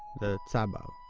the sabra.